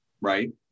Right